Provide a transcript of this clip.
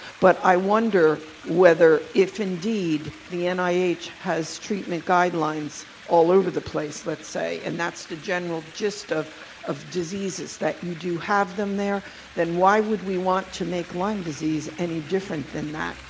but i wonder whether if indeed the and nih has treatment guidelines all over the place, let's say, and that's the general gist of of diseases, that you do have them there then why would we want to make lyme disease any different than that?